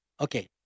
Okay